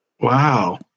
Wow